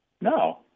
No